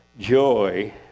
joy